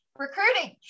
Recruiting